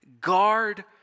Guard